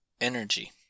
energy